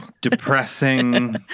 depressing